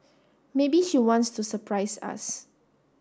maybe she wants to surprise us